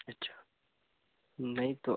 अच्छा नहीं तो